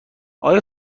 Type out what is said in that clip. آیا